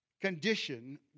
condition